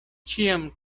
ĉiam